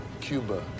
Cuba